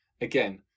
again